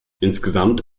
insgesamt